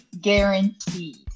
guaranteed